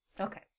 Okay